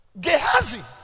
Gehazi